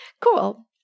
Cool